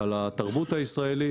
על התרבות הישראלית,